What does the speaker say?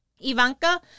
Ivanka